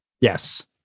Yes